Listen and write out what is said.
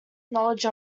knowledge